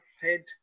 head